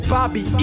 Bobby